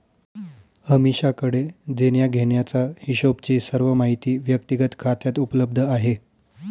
अमीषाकडे देण्याघेण्याचा हिशोबची सर्व माहिती व्यक्तिगत खात्यात उपलब्ध आहे